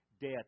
death